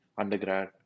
undergrad